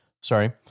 Sorry